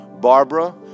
Barbara